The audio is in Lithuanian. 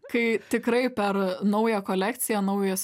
kai tikrai per naują kolekciją naujos